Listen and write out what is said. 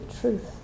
truth